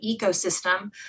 ecosystem